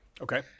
Okay